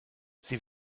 sie